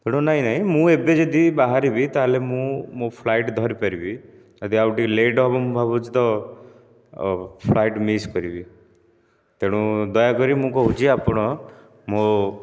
ତେଣୁ ନାଇଁ ନାଇଁ ମୁଁ ଏବେ ଯଦି ବାହାରିବି ତାହେଲେ ମୁଁ ମୋ ଫ୍ଲାଇଟ୍ ଧରିପାରିବି ଯଦି ଆଉ ଟିକେ ଲେଟ୍ ହେବ ମୁଁ ଭାବୁଛି ତ ଫ୍ଲାଇଟ୍ ମିସ୍ କରିବି ତେଣୁ ଦୟାକରି ମୁଁ କହୁଛି ଆପଣ ମୋ